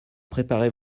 préparer